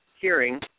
hearing